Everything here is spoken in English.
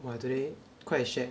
!wah! today quite shag